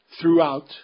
throughout